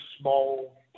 small